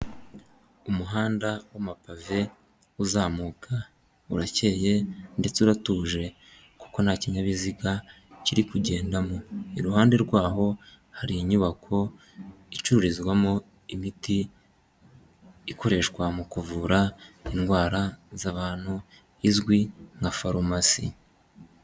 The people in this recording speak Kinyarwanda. Umuhanda w'amapave uzamuka, urakeye ndetse uratuje kuko nta kinyabiziga kiri kugendamo, iruhande rwaho hari inyubako icururizwamo imiti ikoreshwa mu kuvura indwara z'abantu izwi nka farumasi.